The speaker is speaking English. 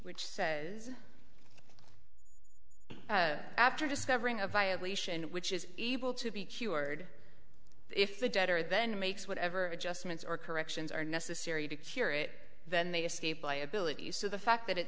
which says after discovering a violation which is able to be cured if the debtor then makes whatever adjustments or corrections are necessary to cure it then they escape by ability so the fact that it